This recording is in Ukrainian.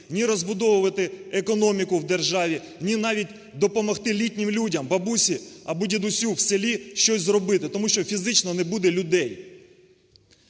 ні розбудовувати економіку в державі, ні навіть допомогти літнім людям, бабусі або дідусю в селі щось зробити, тому що фізично не буде людей.